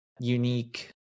unique